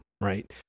Right